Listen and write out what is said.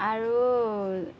আৰু